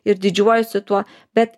ir didžiuojuosi tuo bet